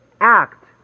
act